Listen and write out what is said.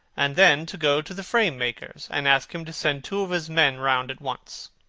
and then to go to the frame-maker and ask him to send two of his men round at once.